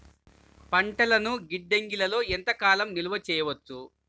పంటలను గిడ్డంగిలలో ఎంత కాలం నిలవ చెయ్యవచ్చు?